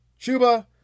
Chuba